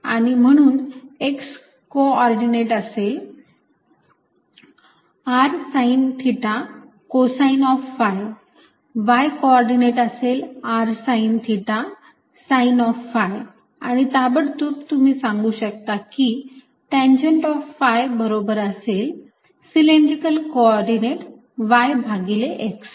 आणि म्हणून x coordinate असेल r sine theta cosine of phi y coordinate असेल r sine theta sine of phi आणि ताबडतोब तुम्ही सांगू शकता की टँजेन्ट ऑफ phi बरोबर असेल सिलेंड्रिकल कोऑर्डिनेट y भागिले x